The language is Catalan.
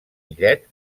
millet